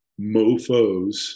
mofos